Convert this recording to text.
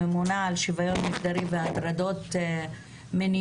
ממונה על שוויון מגדרי והטרדות מיניות.